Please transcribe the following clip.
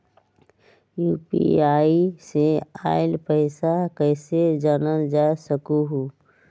UPI से आईल पैसा कईसे जानल जा सकहु?